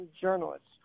journalists